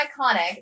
iconic